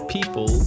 People